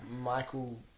Michael